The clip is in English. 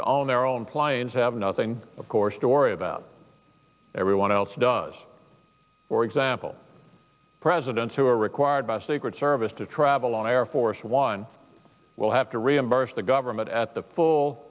to own their own planes have nothing of course story about everyone else does for example presidents who are required by secret service to travel on air force one will have to reimburse the government at the full